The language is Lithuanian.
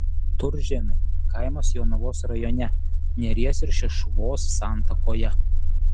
turžėnai kaimas jonavos rajone neries ir šešuvos santakoje